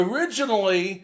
Originally